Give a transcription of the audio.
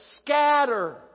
scatter